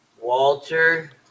Walter